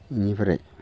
इनिफ्राय